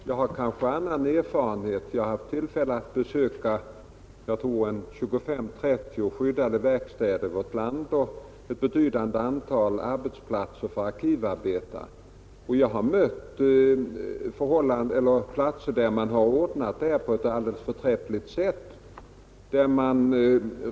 Herr talman! Jag har en annan erfarenhet i det fallet. Jag har haft tillfälle att besöka 25—30 skyddade verkstäder på olika håll i landet och ett betydande antal arbetsplatser för arkivarbetare, och jag har funnit att på många håll har man ordnat dessa frågor på ett alldeles förträffligt sätt.